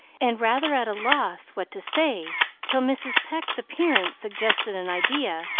and rather at a loss what to say till mrs. pecq's appearance suggested an idea,